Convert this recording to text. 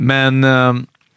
Men